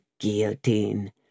guillotine